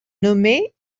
nommée